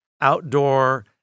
outdoor